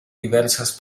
diversas